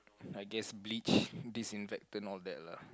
I guess bleach disinfectant all that lah